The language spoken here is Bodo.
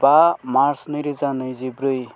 बा मार्च नैरोजा नैजिब्रै